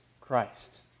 Christ